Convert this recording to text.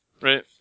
Right